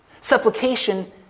Supplication